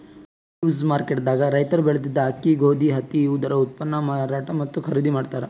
derivatives market ದಾಗ್ ರೈತರ್ ಬೆಳೆದಿದ್ದ ಅಕ್ಕಿ ಗೋಧಿ ಹತ್ತಿ ಇವುದರ ಉತ್ಪನ್ನ್ ಮಾರಾಟ್ ಮತ್ತ್ ಖರೀದಿ ಮಾಡ್ತದ್